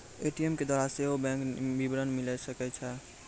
ATM के द्वारा सेहो बैंक विबरण मिले सकै छै